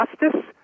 Justice